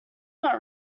not